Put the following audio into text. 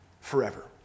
forever